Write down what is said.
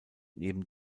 neben